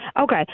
Okay